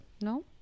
no